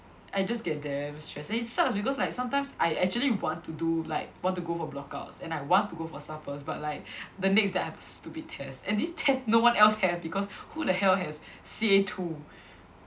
I just get damn stressed and it sucks because like sometimes I actually want to do like want to go for block outs and I want to go for suppers but like the next day I have a stupid test and this test no one else have because who the hell has C_A two